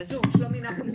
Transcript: בבקשה.